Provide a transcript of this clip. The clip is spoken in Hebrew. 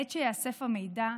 מעת שייאסף המידע,